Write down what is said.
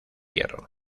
hierro